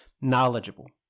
knowledgeable